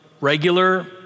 regular